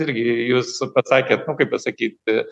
irgi jūs pasakėt nu kaip pasakyti